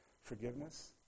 Forgiveness